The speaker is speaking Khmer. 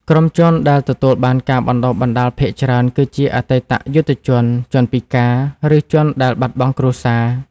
ក្រុមជនដែលទទួលបានការបណ្តុះបណ្តាលភាគច្រើនគឺជាអតីតយុទ្ធជន ជនពិការ ឬជនដែលបាត់បង់គ្រួសារ។